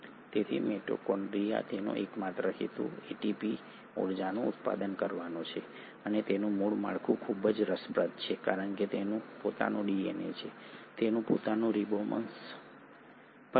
તેથી મિટોકોન્ડ્રિયા તેનો એકમાત્ર હેતુ એટીપી ઊર્જાનું ઉત્પાદન કરવાનો છે અને તેનું માળખું ખૂબ જ રસપ્રદ છે કારણ કે તેનું પોતાનું ડીએનએ છે તેનું પોતાનું રિબોસોમ્સ પણ છે